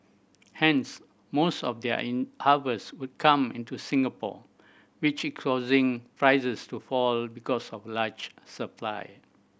hence most of their in harvest would come into Singapore which is causing prices to fall because of the large supply